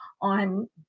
on